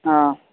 हा